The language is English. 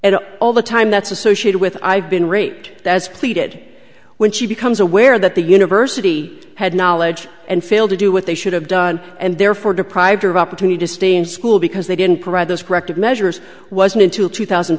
and all the time that's associated with i've been raped as pleaded when she becomes aware that the university had knowledge and failed to do what they should have done and therefore deprived her of opportunity to stay in school because they didn't provide those corrective measures wasn't into two thousand